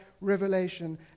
revelation